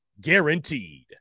guaranteed